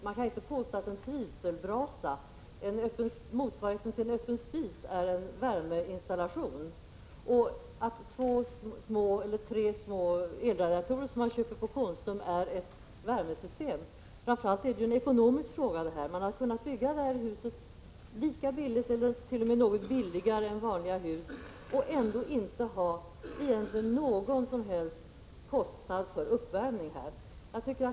Man kan inte påstå att en trivselbrasa, motsvarigheten till en öppen spis, är en värmeinstallation eller att två tre små elradiatorer som man köper på Konsum är ett värmesystem. Framför allt är detta en ekonomisk fråga. Man har kunnat bygga husen lika billigt eller billigare än vanliga hus och ändå har man inte någon som helst kostnad för uppvärmningen.